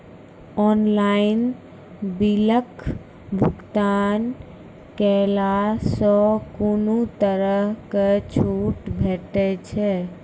Online बिलक भुगतान केलासॅ कुनू तरहक छूट भेटै छै?